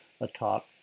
atop